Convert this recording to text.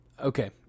Okay